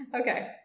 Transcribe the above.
Okay